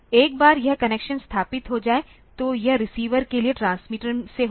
एक बार यह कनेक्शन स्थापित हो जाए तो यह रिसीवर के लिए ट्रांसमीटर से होगा